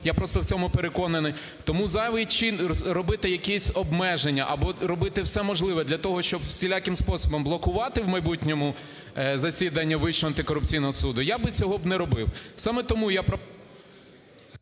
(я просто в цьому переконаний), тому зайвий… чи робити якісь обмеження або робити все можливе для того, щоб всіляким способом блокувати в майбутньому засідання Вищого антикорупційного суду, я би цього б не робив.